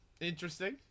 Interesting